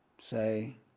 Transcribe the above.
Say